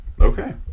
Okay